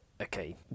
okay